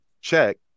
check